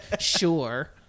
sure